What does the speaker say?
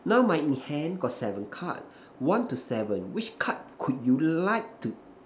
now my hand got seven card one to seven which card could you like to